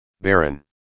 baron